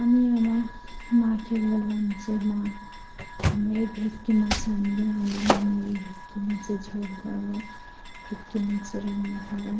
আমি আমার মাকে বললাম যে মা আমি ও ভেটকি মাছ আনবে আনলে আমি এই ভেটকি মাছের ঝোল করো ভেটকি মাছ রান্না করো